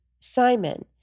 Simon